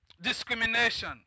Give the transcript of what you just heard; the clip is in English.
discrimination